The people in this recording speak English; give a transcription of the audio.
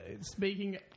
speaking